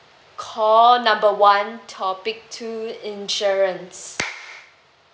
call number one topic two insurance